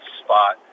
spot